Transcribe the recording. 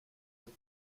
with